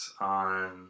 on